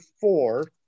four